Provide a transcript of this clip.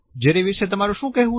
જેરી વિશે તમારું શું કહેવું છે